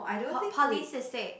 pol~ polycystic